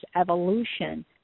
evolution